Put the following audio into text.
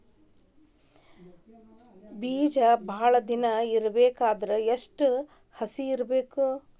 ಬೇಜ ಭಾಳ ದಿನ ಇಡಬೇಕಾದರ ಎಷ್ಟು ಹಸಿ ಇರಬೇಕು?